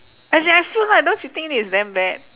as in I feel like don't you think it's damn bad